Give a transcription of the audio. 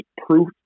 proof